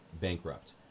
bankrupt